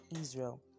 Israel